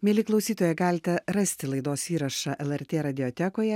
mieli klausytojai galite rasti laidos įrašą lrt radiotekoje